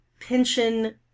pension